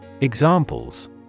Examples